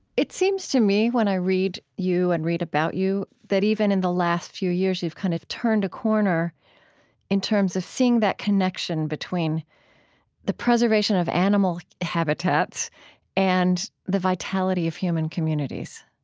it seems to me, when i read you and read about you, that even in the last few years you've kind of turned a corner in terms of seeing that connection between the preservation of animal habitats and the vitality of human communities.